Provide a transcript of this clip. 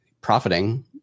profiting